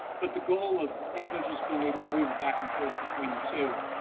but the goal of individuals being able to move back and forth between the two.